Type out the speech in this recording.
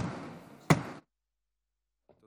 3. הצעת חוק איסור פרסומת והגבלת השיווק של מוצרי טבק ועישון (תיקון,